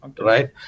right